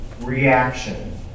reaction